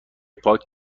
پارک